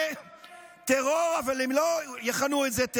ואני בתמימות חשבתי לעצמי,